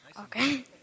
Okay